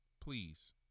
please